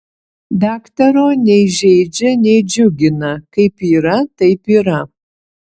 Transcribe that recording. daktaro nei žeidžia nei džiugina kaip yra taip yra